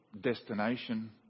destination